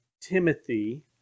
timothy